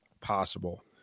possible